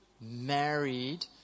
married